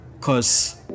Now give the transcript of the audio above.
Cause